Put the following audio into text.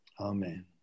Amen